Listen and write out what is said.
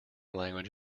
language